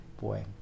Boy